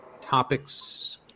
topics